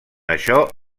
això